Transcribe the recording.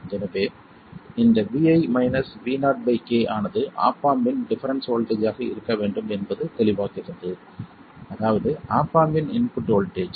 எனவே இந்த Vi Vo k ஆனது ஆப் ஆம்ப் இன் டிஃபரென்ஸ் வோல்ட்டேஜ் ஆக இருக்க வேண்டும் என்பது தெளிவாகிறது அதாவது ஆப் ஆம்ப் இன் இன்புட் வோல்ட்டேஜ்